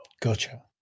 Gotcha